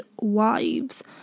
wives